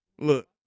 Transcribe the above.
look